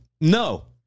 No